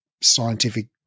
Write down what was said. scientific